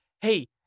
Hey